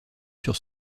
sur